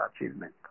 achievement